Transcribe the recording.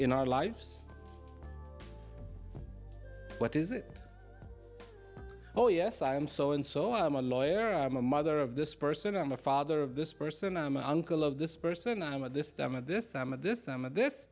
in our lives what is it oh yes i am so and so i am a lawyer i'm a mother of this person i'm a father of this person i'm uncle of this person i'm at this time at this time at this time of this